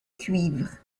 cuivre